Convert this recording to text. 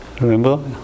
Remember